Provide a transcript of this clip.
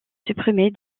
supprimer